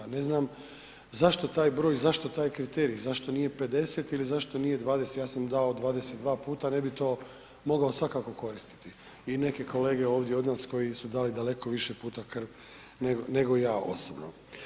Ne znam zašto taj broj, zašto taj kriterij, zašto nije 50 ili zašto nije 20, ja sam dao 22 puta ne bi to mogao svakako koristiti i neke kolege ovdje od nas koji su dali daleko više puta krv nego ja osobno.